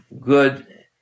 good